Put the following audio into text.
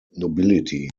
nobility